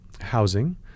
housing